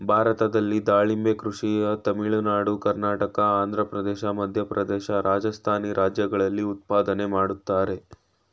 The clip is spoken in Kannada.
ಭಾರತದಲ್ಲಿ ದಾಳಿಂಬೆ ಕೃಷಿಯ ತಮಿಳುನಾಡು ಕರ್ನಾಟಕ ಆಂಧ್ರಪ್ರದೇಶ ಮಧ್ಯಪ್ರದೇಶ ರಾಜಸ್ಥಾನಿ ರಾಜ್ಯಗಳಲ್ಲಿ ಉತ್ಪಾದನೆ ಮಾಡ್ತರೆ